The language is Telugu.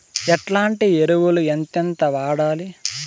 ఎట్లాంటి ఎరువులు ఎంతెంత వాడాలి?